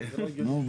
זה לא מורשה